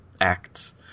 acts